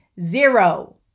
zero